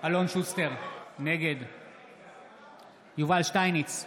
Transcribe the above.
אלון שוסטר, נגד יובל שטייניץ,